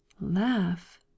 Laugh